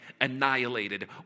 annihilated